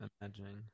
imagining